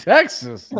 Texas